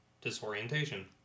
disorientation